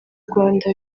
rwanda